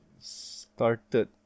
started